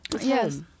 Yes